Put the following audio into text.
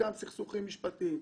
שחלקם סכסוכים משפטיים,